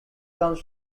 comes